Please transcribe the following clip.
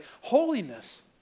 holiness